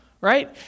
right